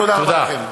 תודה רבה לכם.